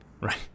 Right